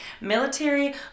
military